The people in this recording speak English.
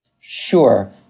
Sure